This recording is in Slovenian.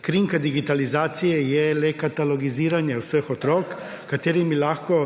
Krinka digitalizacije je katalogiziranje vseh otrok, katerim lahko